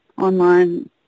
online